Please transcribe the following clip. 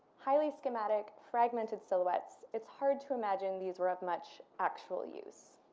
highly schematic fragmented silhouettes, it's hard to imagine these were of much actual use.